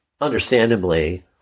understandably